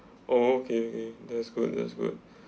oh okay okay that's good that's good